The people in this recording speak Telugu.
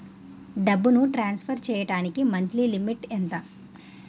డబ్బును ట్రాన్సఫర్ చేయడానికి మంత్లీ లిమిట్ ఎంత?